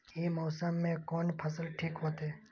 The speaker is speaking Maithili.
ई मौसम में कोन फसल ठीक होते?